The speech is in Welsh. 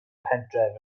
pentref